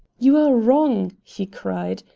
you are wrong! he cried.